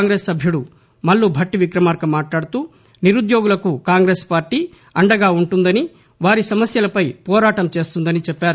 కాంగ్రెసు సభ్యుడు మల్లు భట్టి విక్రమార్క మాట్లాడుతూ నిరుద్యోగులకు కాంగ్రెసు అండగా ఉంటుందని వారి సమస్యలపై పోరాటం చేస్తుందని చెప్పారు